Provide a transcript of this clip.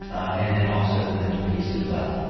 and then also the mental piece as well.